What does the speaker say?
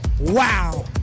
Wow